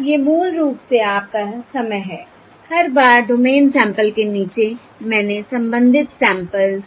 ये मूल रूप से आपका समय है हर बार डोमेन सैंपल्स के नीचे मैंने संबंधित सैंपल्स